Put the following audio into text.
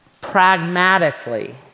pragmatically